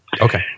Okay